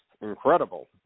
incredible